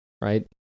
right